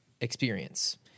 experience